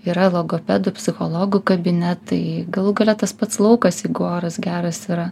ir yra logopedų psichologų kabinetai galų gale tas pats laukas jeigu oras geras yra